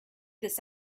this